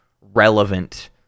relevant